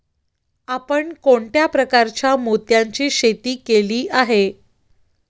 आपण कोणत्या प्रकारच्या मोत्यांची शेती केली आहे?